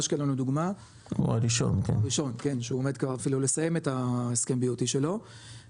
אשקלון לדוגמה כן שהוא עומד אפילו לסיים את ההסכם ה-BOT שלו,